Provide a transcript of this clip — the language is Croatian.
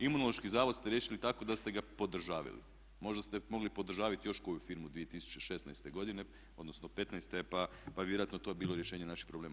Imunološki zavod ste riješili tako da ste ga podržavali, možda ste mogli podržaviti još koju firmu 2016.godine, odnosno 2015.pa bi vjerojatno to bilo rješenje naših problema.